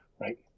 Right